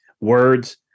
words